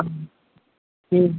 ஆ ம்